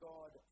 God